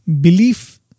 belief